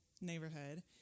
neighborhood